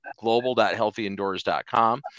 global.healthyindoors.com